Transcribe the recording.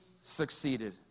succeeded